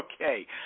Okay